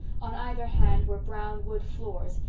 on either hand were brown wood floors,